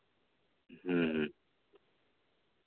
ᱦᱮᱸ